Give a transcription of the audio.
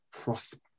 prosper